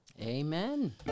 Amen